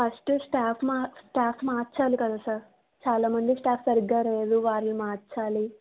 first staff మా staff మార్చాలి కదా సార్ చాలా మంది స్టాఫ్ సరిగ్గా లేరు వాళ్ళు మార్చాలి